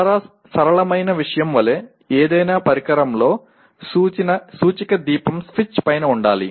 చాలా సరళమైన విషయం వలె ఏదైనా పరికరంలో సూచిక దీపం స్విచ్ పైన ఉండాలి